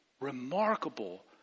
remarkable